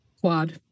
Quad